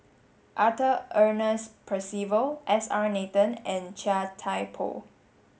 Arthur Ernest Percival S R Nathan and Chia Thye Poh